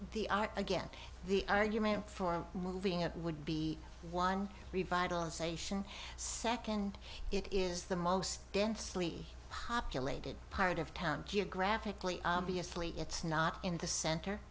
are again the argument for moving up would be one revitalization second it is the most densely populated part of town geographically obviously it's not in the cent